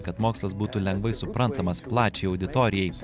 kad mokslas būtų lengvai suprantamas plačiai auditorijai